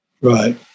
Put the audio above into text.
Right